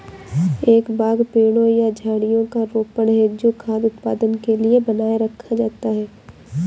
एक बाग पेड़ों या झाड़ियों का रोपण है जो खाद्य उत्पादन के लिए बनाए रखा जाता है